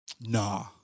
nah